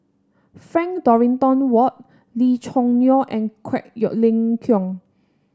Frank Dorrington Ward Lee Choo Neo and Quek your Ling Kiong